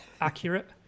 accurate